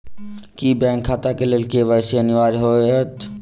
की bank खाता केँ लेल के.वाई.सी अनिवार्य होइ हएत?